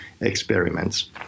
experiments